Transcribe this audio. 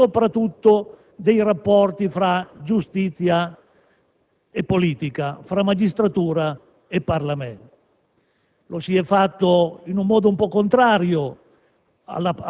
Ora, cosa è avvenuto negli ultimi anni del nostro Paese? Che invece di discutere di buone leggi, di applicazione rapida delle medesime,